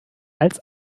als